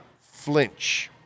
flinch